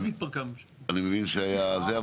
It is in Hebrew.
אני מבין שהיה זה.